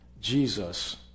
Jesus